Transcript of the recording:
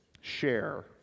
share